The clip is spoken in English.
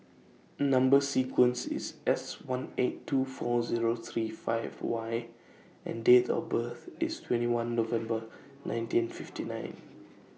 Number sequence IS S one eight two four O three five Y and Date of birth IS twenty one November nineteen fifty nine